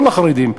לא לחרדים,